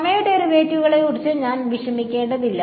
സമയ ഡെറിവേറ്റീവുകളെക്കുറിച്ച് ഞാൻ വിഷമിക്കേണ്ടതില്ല